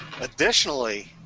additionally